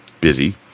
busy